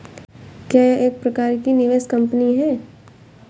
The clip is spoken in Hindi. क्या यह एक प्रकार की निवेश कंपनी है?